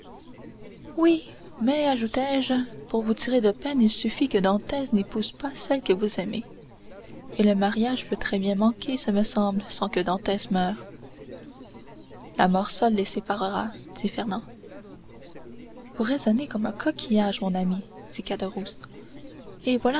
oui mais ajoutais je pour vous tirer de peine il suffit que dantès n'épouse pas celle que vous aimez et le mariage peut très bien manquer ce me semble sans que dantès meure la mort seule les séparera dit fernand vous raisonnez comme un coquillage mon ami dit